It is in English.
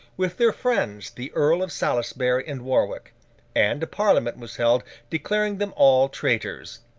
with their friends the earls of salisbury and warwick and a parliament was held declaring them all traitors.